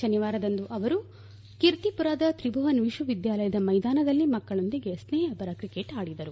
ಶನಿವಾರದಂದು ಅವರು ಕೀರ್ತಿಪುರಾದ ತ್ರಿಭುವನ್ ವಿಶ್ವವಿದ್ಯಾಲಯದ ಮೈದಾನದಲ್ಲಿ ಮಕ್ಕ ಳೊಂದಿಗೆ ಸ್ತ್ರೇಹಪರ ಕ್ರಿಕೆಟ್ ಆಡಿದರು